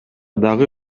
дагы